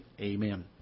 Amen